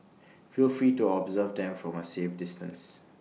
feel free to observe them from A safe distance